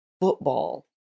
football